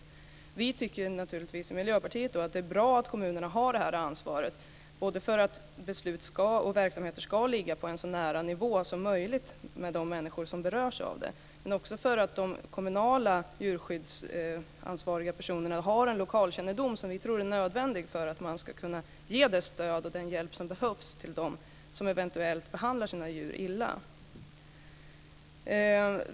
Vi i Miljöpartiet tycker naturligtvis att det är bra att kommunerna har det här ansvaret - dels därför att beslut och verksamheter ska ligga på en nivå så nära de människor som berörs som möjligt, dels därför att de kommunala djurskyddsansvariga personerna har en lokalkännedom som vi tror är nödvändig för att ge det stöd och den hjälp som behövs åt dem som eventuellt behandlar sina djur illa.